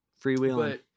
Freewheeling